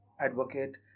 advocate